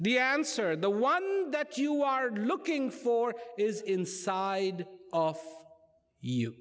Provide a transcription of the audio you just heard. the answer the one that you are looking for is inside of you